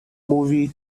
movie